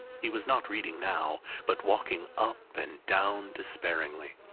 he was not reading now, but walking up and down despairingly.